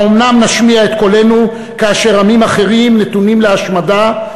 האומנם נשמיע את קולנו כאשר עמים אחרים נתונים להשמדה,